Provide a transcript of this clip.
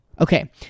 Okay